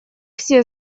все